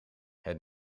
het